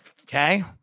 Okay